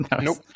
Nope